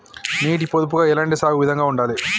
నీటి పొదుపుగా ఎలాంటి సాగు విధంగా ఉండాలి?